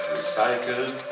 recycled